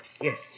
yes